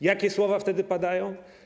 Jakie słowa wtedy padają?